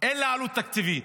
אין עלות תקציבית.